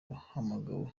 wahamagawe